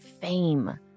fame